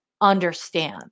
understand